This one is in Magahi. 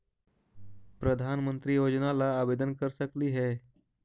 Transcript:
प्रधानमंत्री योजना ला आवेदन कर सकली हे?